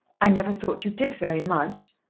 i never thought you did very much.